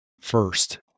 first